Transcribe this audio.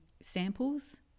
samples